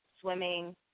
swimming